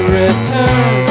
return